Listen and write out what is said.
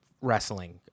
wrestling